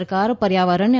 સરકાર પર્યાવરણને